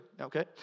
Okay